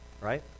right